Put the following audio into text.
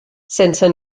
sense